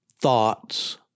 thoughts